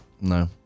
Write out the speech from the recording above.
No